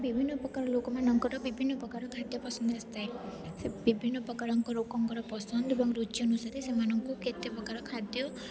ବିଭିନ୍ନ ପ୍ରକାର ଲୋକମାନଙ୍କର ବିଭିନ୍ନ ପ୍ରକାର ଖାଦ୍ୟ ପସନ୍ଦ ଆସିଥାଏ ସେ ବିଭିନ୍ନ ପ୍ରକାରଙ୍କର ପସନ୍ଦ ଏବଂ ରୁଚି ଅନୁସାରେ ସେମାନଙ୍କୁ କେତେ ପ୍ରକାର ଖାଦ୍ୟ